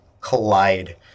collide